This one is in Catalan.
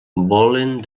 volen